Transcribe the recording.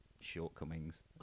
shortcomings